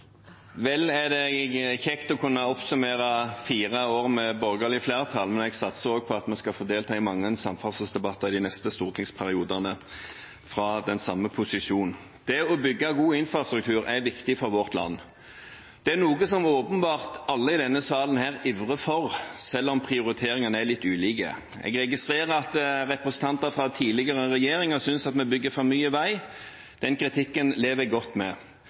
Vel er det kjekt å kunne oppsummere fire år med borgerlig flertall, men jeg satser på at vi skal få delta i mange samferdselsdebatter de neste stortingsperiodene fra den samme posisjonen. Det å bygge god infrastruktur er viktig for vårt land. Det er noe som åpenbart alle i denne salen ivrer for, selv om prioriteringene er litt ulike. Jeg registrerer at representanter fra tidligere regjeringer synes at vi bygger for mye vei. Den kritikken lever jeg godt med.